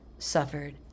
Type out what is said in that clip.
Suffered